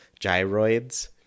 gyroids